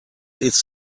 ist